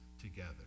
together